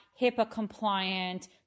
HIPAA-compliant